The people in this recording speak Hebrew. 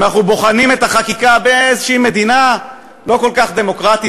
אם אנחנו בוחנים את החקיקה באיזו מדינה לא כל כך דמוקרטית,